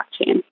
blockchain